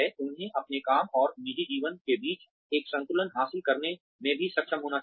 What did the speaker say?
उन्हें अपने काम और निजी जीवन के बीच एक संतुलन हासिल करने में भी सक्षम होना चाहिए